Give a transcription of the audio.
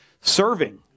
serving